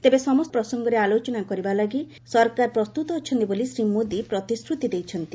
ତେବେ ସମସ୍ତ ପ୍ରସଙ୍ଗରେ ଆଲୋଚନା କରିବା ଲାଗି ସରକାର ପ୍ରସ୍ତୁତ ଅଛନ୍ତି ବୋଲି ଶ୍ରୀ ମୋଦି ପ୍ରତିଶ୍ରତି ଦେଇଛନ୍ତି